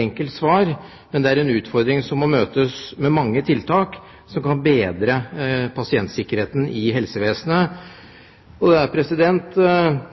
enkelt svar, men det er en utfordring som må møtes med mange tiltak som kan bedre pasientsikkerheten i helsevesenet. Noe som jeg slett ikke lar meg imponere over, er